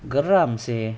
geram seh